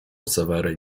seweryn